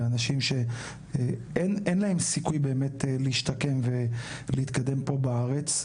לאנשים שאין להם סיכוי באמת להשתקם ולהתקדם פה בארץ,